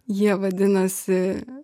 jie vadinasi